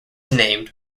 named